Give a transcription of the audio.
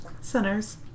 Sinners